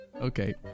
Okay